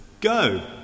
go